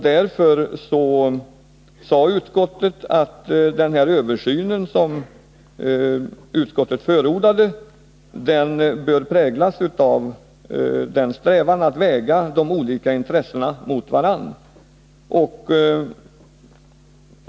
Därför, sade utskottet, borde den översyn som utskottet förordade präglas av en strävan att väga de olika intressena mot varandra.